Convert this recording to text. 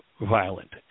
violent